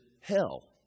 hell